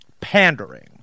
pandering